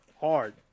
hard